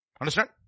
Understand